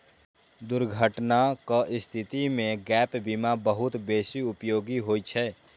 दुर्घटनाक स्थिति मे गैप बीमा बहुत बेसी उपयोगी होइ छै